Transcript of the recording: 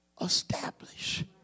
establish